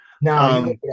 No